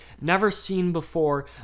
never-seen-before